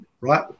right